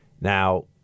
Now